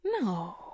No